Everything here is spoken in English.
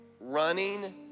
running